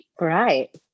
Right